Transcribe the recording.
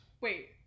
Wait